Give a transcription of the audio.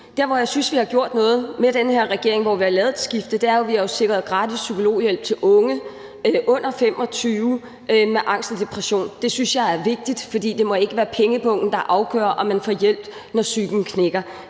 Der, hvor jeg synes vi har gjort noget med den her regering, og hvor vi har lavet et skifte, er jo, at vi har sikret gratis psykologhjælp til unge under 25 år med angst og depression. Det synes jeg er vigtigt, for det må ikke være pengepungen, der afgør, om man får hjælp, når psyken knækker.